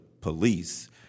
police